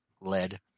lead